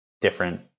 different